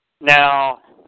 Now